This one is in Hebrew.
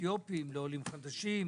אתיופים ועולים חדשים.